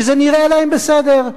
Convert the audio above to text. שזה נראה להם בסדר.